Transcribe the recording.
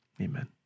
amen